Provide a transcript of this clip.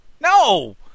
no